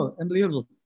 unbelievable